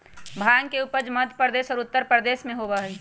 भांग के उपज मध्य प्रदेश और उत्तर प्रदेश में होबा हई